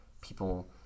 people